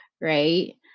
right